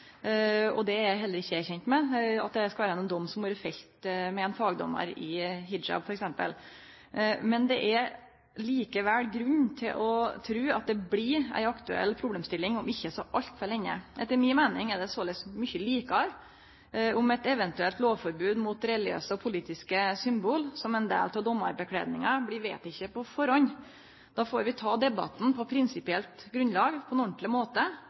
denne problematikken, og eg er heller ikkje kjend med at det har vore felt nokon dom med ein fagdommar f.eks. i hijab. Men det er likevel grunn til å tru at det blir ei aktuell problemstilling om ikkje så altfor lenge. Etter mi meining er det såleis mykje betre om eit eventuelt lovforbod mot religiøse og politiske symbol som ein del av dommarkledninga blir vedteke på førehand. Da får vi ta debatten på prinsipielt grunnlag, på ein ordentleg måte,